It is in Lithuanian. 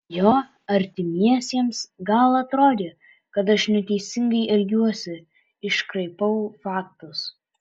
jo artimiesiems gal atrodė kad aš neteisingai elgiuosi iškraipau faktus